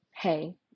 Hey